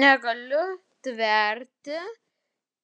negaliu tverti